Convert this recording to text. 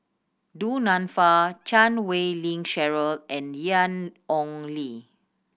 Du Nanfa Chan Wei Ling Cheryl and Ian Ong Li